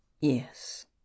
Yes